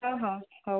ହଁ ହଁ ହଉ